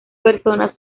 personas